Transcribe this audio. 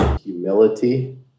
humility